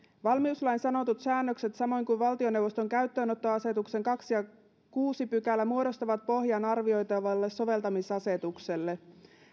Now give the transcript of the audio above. valmiuslain sanotut säännökset samoin kuin valtioneuvoston käyttöönottoasetuksen toinen ja kuudes pykälä muodostavat pohjan arvioitavalle soveltamisasetukselle